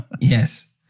Yes